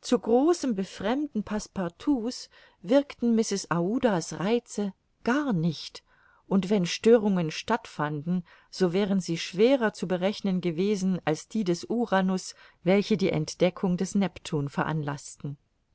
zu großem befremden passepartout's wirkten mrs aouda's reize gar nicht und wenn störungen stattfanden so wären sie schwerer zu berechnen gewesen als die des uranus welche die entdeckung des neptun veranlaßten